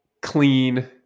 clean